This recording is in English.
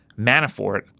Manafort